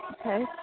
okay